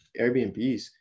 airbnbs